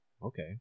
Okay